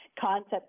concept